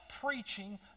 preaching